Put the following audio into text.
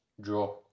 Draw